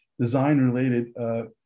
design-related